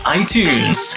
iTunes